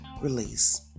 release